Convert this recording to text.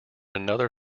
another